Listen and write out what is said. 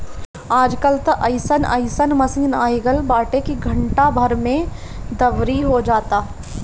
आज कल त अइसन अइसन मशीन आगईल बाटे की घंटा भर में दवरी हो जाता